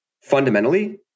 fundamentally